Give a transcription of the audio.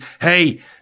hey